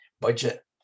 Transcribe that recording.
budget